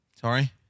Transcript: Sorry